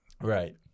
right